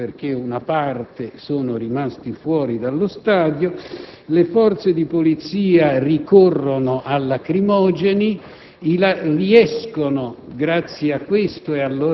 tra l'interno e l'esterno dello stadio, perché una parte dei tifosi è rimasta fuori dallo stadio. Le forze di polizia ricorrono a lacrimogeni